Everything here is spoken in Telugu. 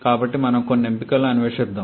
కాబట్టి మనం కొన్ని ఎంపికలను అన్వేషిద్దాం